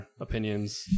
opinions